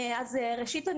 ראשית,